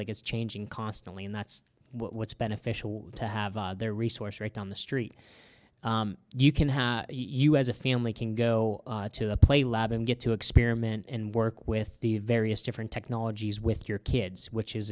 like it's changing constantly and that's what's beneficial to have their resource right down the street you can have you as a family can go to a play lab and get to experiment and work with the various different technologies with your kids which